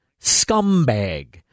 Scumbag